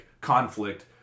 conflict